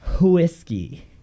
whiskey